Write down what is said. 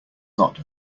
not